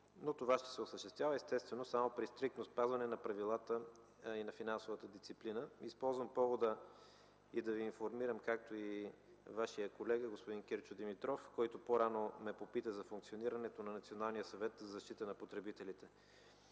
но това ще се осъществява естествено само при стриктно спазване на правилата и на финансовата дисциплина. Използвам повода да Ви информирам, както и Вашия колега господин Кирчо Димитров, който по-рано ме попита за функционирането на Националния съвет за защита на потребителите.